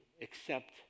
accept